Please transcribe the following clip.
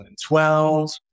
2012